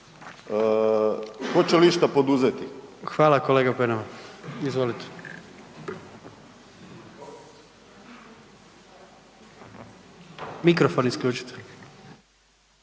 Hvala kolega Penava. Izvolite. Mikrofon isključite.